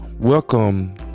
Welcome